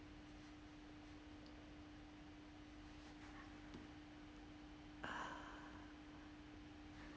ah